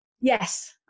Yes